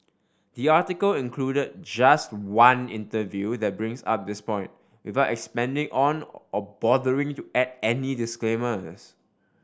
the article included just one interview that brings up this point without expanding on or bothering to add any disclaimers